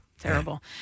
terrible